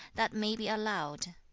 that may be allowed.